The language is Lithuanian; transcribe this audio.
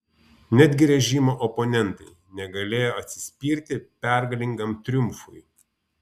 netgi režimo oponentai negalėjo atsispirti pergalingam triumfui